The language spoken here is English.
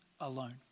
alone